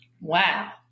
Wow